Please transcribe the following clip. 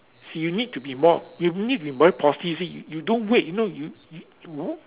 see you need to be more you need to be very positive you see you don't wait you know you you you